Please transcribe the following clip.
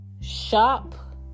shop